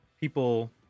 people